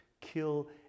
kill